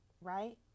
right